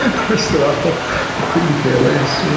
i just thought, i but couldn't care less, yes.